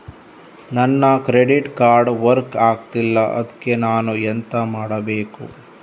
ನನ್ನ credit card work ಆಗ್ತಿಲ್ಲ ಅದ್ಕೆ ನಾನು ಎಂತ ಮಾಡಬೇಕು?